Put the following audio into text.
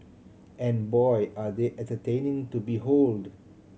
and boy are they entertaining to behold